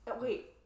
Wait